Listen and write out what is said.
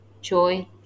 joy